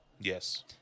yes